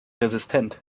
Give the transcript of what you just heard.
resistent